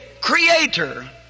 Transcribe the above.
creator